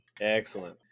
Excellent